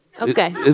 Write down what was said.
Okay